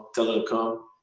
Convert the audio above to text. tell her to come,